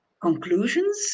conclusions